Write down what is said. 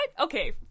Okay